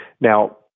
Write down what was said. Now